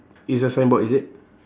it's a signboard is it